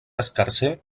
escarser